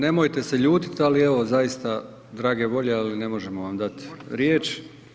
Nemojte se ljutiti ali evo zaista drage volje ali ne možemo vam dati riječ.